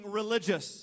religious